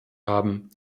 haben